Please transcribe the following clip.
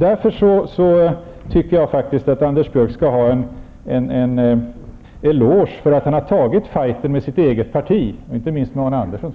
Därför tycker jag att Anders Björck skall ha en eloge, för att han har tagit fighten med sitt eget parti -- inte minst med Arne Andersson